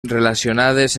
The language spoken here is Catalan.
relacionades